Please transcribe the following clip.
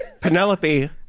Penelope